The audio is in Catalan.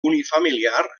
unifamiliar